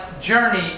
journey